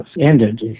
ended